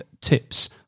tips